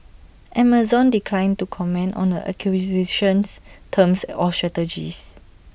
Amazon declined to comment on the acquisition's terms or strategies